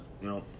No